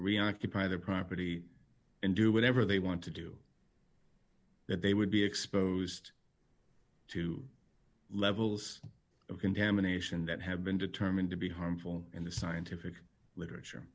reoccupied the property and do whatever they want to do that they would be exposed to levels of contamination that have been determined to be harmful in the scientific literature